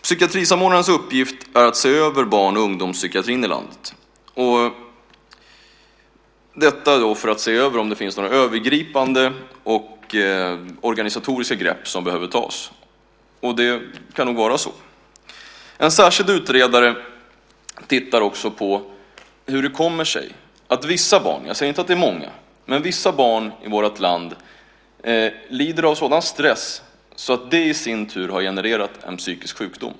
Psykiatrisamordnarens uppgift är att se över barn och ungdomspsykiatrin i landet för att se om det finns några övergripande och organisatoriska grepp som behöver tas. Det kan nog vara så. En särskild utredare tittar också närmare på hur det kommer sig att vissa barn - jag säger inte att det är många - i vårt land lider av sådan stress att det i sin tur har genererat en psykisk sjukdom.